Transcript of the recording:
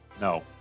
no